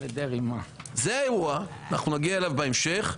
זה האירוע, אנחנו נגיע אליו בהמשך.